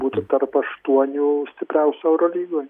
būti tarp aštuonių stipriausių eurolygoj